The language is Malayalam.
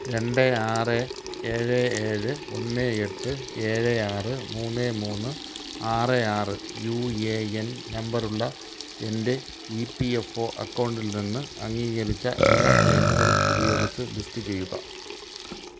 രണ്ട് ആറ് ഏഴ് ഏഴ് ഒന്ന് എട്ട് ഏഴ് ആറ് മൂന്ന് മൂന്ന് ആറ് ആറ് യു എ എൻ നമ്പറുള്ള എൻ്റെ ഇ പി എഫ് ഒ അക്കൗണ്ടിൽ നിന്ന് അംഗീകരിച്ച എല്ലാ ക്ലെയിമുകളും ഉപയോഗിച്ച് ലിസ്റ്റ് ചെയ്യുക